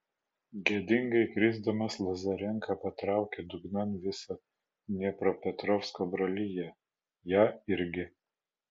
gėdingai krisdamas lazarenka patraukė dugnan visą dniepropetrovsko broliją ją irgi